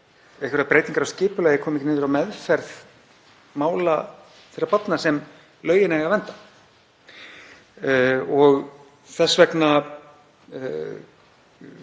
einhverjar breytingar á skipulagi komi ekki niður á meðferð mála þeirra barna sem lögin eiga að vernda. Þess vegna